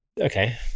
Okay